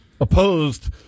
opposed